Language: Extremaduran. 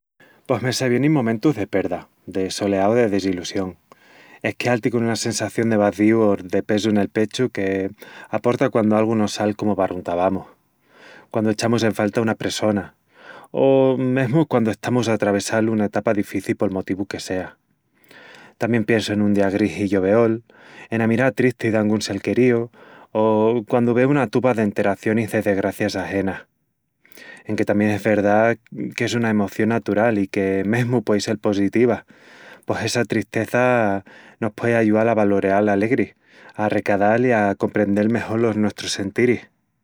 Pos me se vienin momentus de perda, de soleá o de desilusión. Es queal-ti con una sensación de vazíu o de pesu nel pechu que aporta quandu algu no sal cómo barruntavamus, quandu echamus en falta una pressona,... o mesmu quandu estamus a travessal una etapa difici pol motivu que sea. Tamién piensu en un día gris i lloveol, ena mirá tristi d'angun sel queríu o quandu veu una tupa d'enteracionis de desgracias ajenas. Enque tamién es verdá que es una emoción natural i que mesmu puei sel positiva, pos essa tristeza nos puei ayual a valoreal l'alegri, a recadal i a comprendel mejol los nuestrus sentiris